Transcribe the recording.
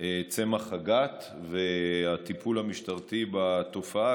צמח הגת והטיפול המשטרתי בתופעה,